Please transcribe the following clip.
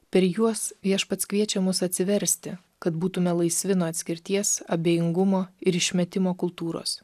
per juos viešpats kviečia mus atsiversti kad būtume laisvi nuo atskirties abejingumo ir išmetimo kultūros